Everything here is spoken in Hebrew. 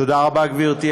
תודה רבה, גברתי.